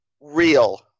real